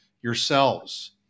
yourselves